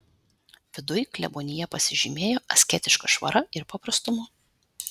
viduj klebonija pasižymėjo asketiška švara ir paprastumu